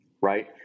right